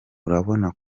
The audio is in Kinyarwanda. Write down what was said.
urabona